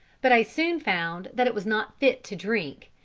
but i soon found that it was not fit to drink,